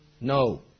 No